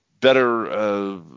better